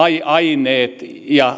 aineet ja